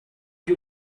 you